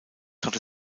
hatte